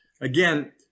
again